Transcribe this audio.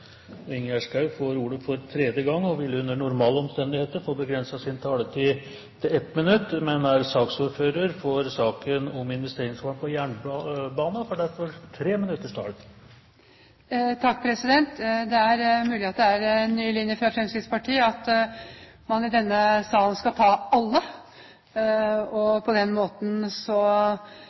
Ingjerd Schou får ordet for tredje gang og ville under normale omstendigheter få begrenset sin taletid til 1 minutt. Men hun er saksordfører for saken om investeringsplan for jernbaner og får derfor 3 minutters taletid. Det er mulig at det er en ny linje fra Fremskrittspartiet at man i denne salen skal ta alle. På den måten får man jo ikke så